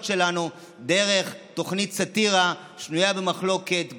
שלנו דרך תוכנית סאטירה שנויה במחלוקת,